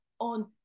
on